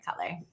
color